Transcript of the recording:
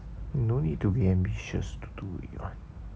no need to be ambitious to do it [what]